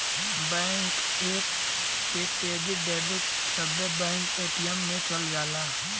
एक बैंक के debit card सब्बे बैंक के ए.टी.एम मे चल जाला